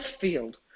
field